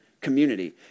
community